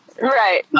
Right